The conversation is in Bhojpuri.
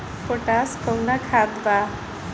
पोटाश कोउन खाद बा?